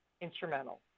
instrumental